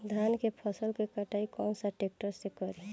धान के फसल के कटाई कौन सा ट्रैक्टर से करी?